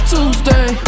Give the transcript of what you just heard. Tuesday